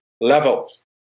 levels